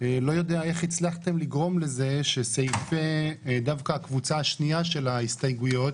לא יודע איך הצלחתם לגרום לזה שדווקא הקבוצה השנייה של ההסתייגויות